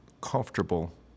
comfortable